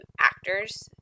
actors